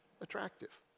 attractive